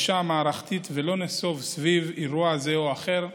מערכתית ולא נסב על אירוע זה או אחר.